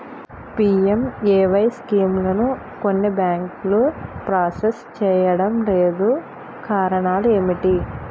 PMAY స్కీమును కొన్ని బ్యాంకులు ప్రాసెస్ చేయడం లేదు కారణం ఏమిటి?